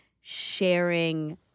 sharing